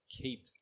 keep